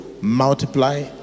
multiply